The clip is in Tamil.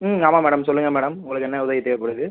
ம் ஆமாம் மேடம் சொல்லுங்கள் மேடம் உங்களுக்கு என்ன உதவி தேவைப்படுது